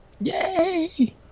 yay